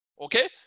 Okay